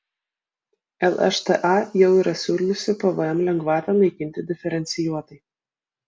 lšta jau yra siūliusi pvm lengvatą naikinti diferencijuotai